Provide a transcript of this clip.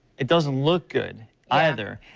it doesn't look good either.